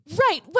Right